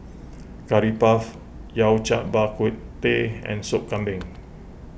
Curry Puff Yao Cai Bak Kut Teh and Sop Kambing